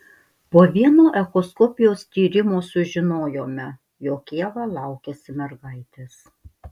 po vieno echoskopijos tyrimo sužinojome jog ieva laukiasi mergaitės